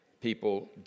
people